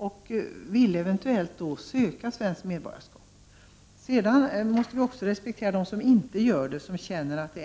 De vill eventuellt söka svenskt medborgarskap. Men vi måste också respektera dem som inte gör det, utan känner att